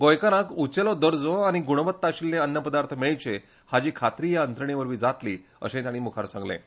गोंयकाराक उंचेलो दर्जो आनी गुणवत्ता आशिल्ले अन्नपदार्थ मेळचे हाची खात्री हे यंत्रणे वरवीं जातली अशे तांणी मुखार सांगलें